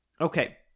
Okay